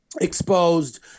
Exposed